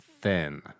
thin